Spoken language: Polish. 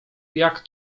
jak